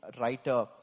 writer